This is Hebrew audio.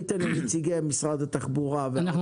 אתן לנציגי משרד התחבורה --- אנחנו